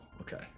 okay